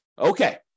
Okay